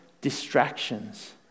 distractions